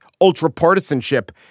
ultra-partisanship